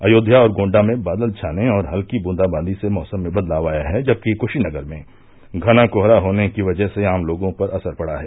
अयोध्या और गोण्डा में बादल छाने और हल्की बूंदाबांदी से मौसम में बदलाव आया है जबकि कुशीनगर में घना कोहरा होने की वजह से आम लोगों पर असर पड़ा है